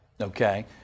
Okay